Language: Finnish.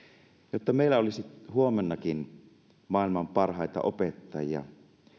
jotta meillä olisi huomennakin maailman parhaita opettajia